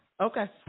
okay